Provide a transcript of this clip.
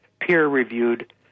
peer-reviewed